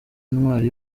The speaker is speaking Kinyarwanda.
intwari